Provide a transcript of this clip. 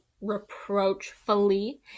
reproachfully